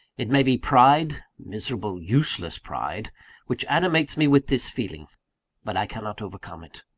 it may be pride miserable, useless pride which animates me with this feeling but i cannot overcome it.